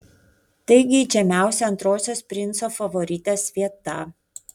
tai geidžiamiausia antrosios princo favoritės vieta